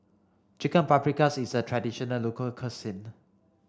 chicken Paprikas is a traditional local cuisine